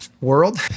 world